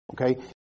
okay